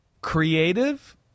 creative